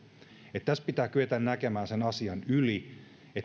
tässä pitää kyetä näkemään sen asian yli